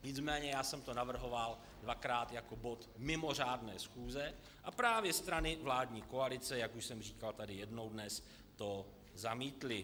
Nicméně já jsem to navrhoval dvakrát jako bod mimořádné schůze, a právě strany vládní koalice, jak už jsem tady jednou dnes říkal, to zamítly.